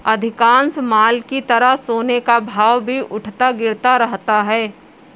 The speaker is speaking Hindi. अधिकांश माल की तरह सोने का भाव भी उठता गिरता रहता है